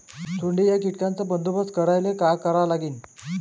सोंडे या कीटकांचा बंदोबस्त करायले का करावं लागीन?